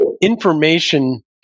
information